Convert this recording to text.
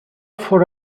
for